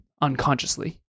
unconsciously